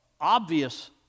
obvious